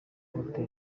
utera